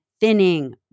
thinning